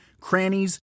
crannies